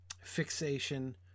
Fixation